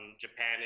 Japan